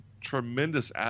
tremendous